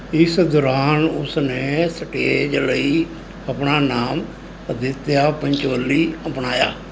ਇਸ ਦੌਰਾਨ ਉਸਨੇ ਸਟੇਜ ਲਈ ਆਪਣਾ ਨਾਮ ਆਦਿੱਤਿਆ ਪੰਚੋਲੀ ਅਪਣਾਇਆ